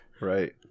Right